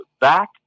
back